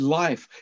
life